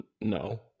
no